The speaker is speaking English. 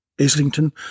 Islington